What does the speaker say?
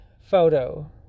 photo